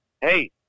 hey